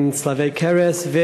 עם צלבי קרס.